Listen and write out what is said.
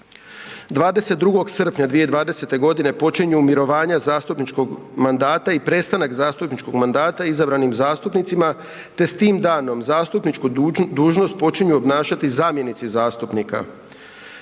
22. srpnja 2020. g. počinju mirovanja zastupničkog mandata i prestanak zastupničkog mandata izabranim zastupnicima te s tim danom zastupničku dužnost počinju obnašati zamjenici zastupnika.